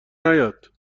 نیاد